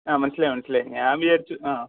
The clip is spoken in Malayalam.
ആ മനസിലായി മനസിലായി ഞാൻ വിചാരിച്ചു ആ